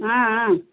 ஆ ஆ